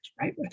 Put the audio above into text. right